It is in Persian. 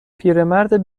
پیرمرد